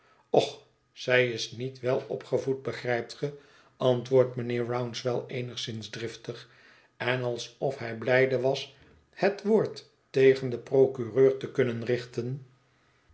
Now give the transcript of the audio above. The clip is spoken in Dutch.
och zij is niet welopgevoed begrijpt ge antwoordt mijnheer rouncewell eenigszins driftig en alsof hij blijde was het woord tegen den procureur te kunnen richten